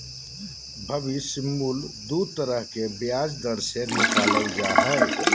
भविष्य मूल्य दू तरह के ब्याज दर से निकालल जा हय